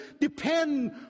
depend